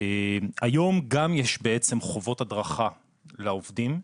היום גם יש בעצם חובות הדרכה לעובדים.